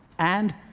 and